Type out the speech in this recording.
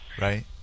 Right